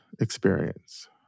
experience